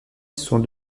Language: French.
sont